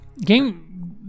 Game